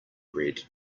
red